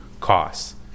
costs